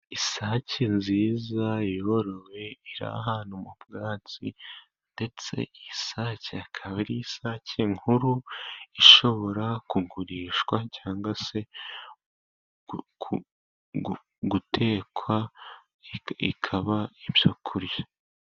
imIsake nziza yorowe, iri ahantu mu bwatsi, ndetse isake ikaba ari isake nkuru, ishobora kugurishwa cyangwa se gutekwa ikaba ibyo kurya.